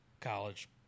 college